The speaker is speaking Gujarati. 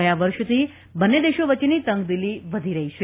ગયા વર્ષથી બંને દેશો વચ્ચેની તંગદીલી વધી રહી છે